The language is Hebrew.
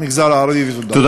במגזר הערבי, ותודה.